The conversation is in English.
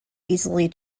easily